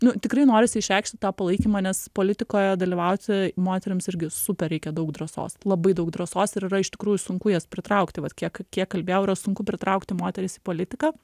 nu tikrai norisi išreikšti tą palaikymą nes politikoje dalyvauti moterims irgi super reikia daug drąsos labai daug drąsos ir yra iš tikrųjų sunku jas pritraukti kiek kiek kalbėjau yra sunku pritraukti moteris į politiką